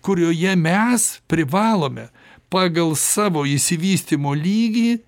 kurioje mes privalome pagal savo išsivystymo lygį